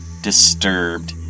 disturbed